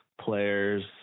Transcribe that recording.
Players